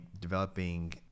developing